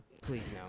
Please